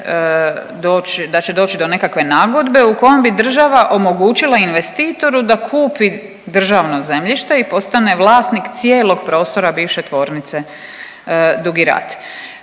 da će doći do nekakve nagodbe u kom bi država omogućila investitoru da kupi državno zemljište i postane vlasnik cijelog prostora bivše tvornice Dugi Rat.